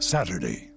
Saturday